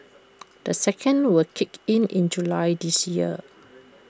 the second will kick in in July this year